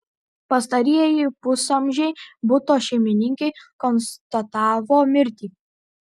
pastarieji pusamžei buto šeimininkei konstatavo mirtį